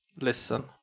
Listen